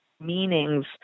meanings